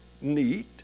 neat